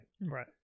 right